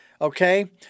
Okay